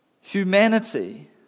Humanity